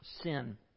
sin